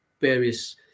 various